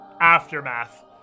aftermath